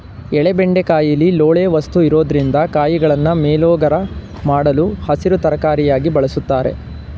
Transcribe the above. ಎಳೆ ಬೆಂಡೆಕಾಯಿಲಿ ಲೋಳೆ ವಸ್ತು ಇರೊದ್ರಿಂದ ಕಾಯಿಗಳನ್ನು ಮೇಲೋಗರ ಮಾಡಲು ಹಸಿರು ತರಕಾರಿಯಾಗಿ ಬಳುಸ್ತಾರೆ